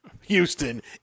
Houston